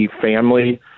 family